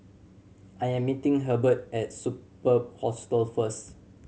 I am meeting Hebert at Superb Hostel first